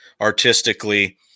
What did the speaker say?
artistically